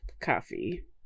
coffee